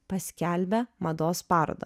paskelbia mados parodą